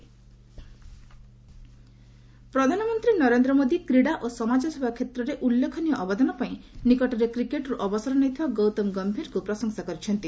PM Gambhir ପ୍ରଧାନମନ୍ତ୍ରୀ ନରେନ୍ଦ୍ର ମୋଦି କ୍ରୀଡ଼ା ଓ ସମାଜସେବା କ୍ଷେତ୍ରରେ ଉଲ୍ଲେଖନୀୟ ଅବଦାନ ପାଇଁ ନିକଟରେ କ୍ରିକେଟ୍ରୁ ଅବସର ନେଇଥିବା ଗୌତମ ଗମ୍ଭୀରଙ୍କୁ ପ୍ରଶଂସା କରିଛନ୍ତି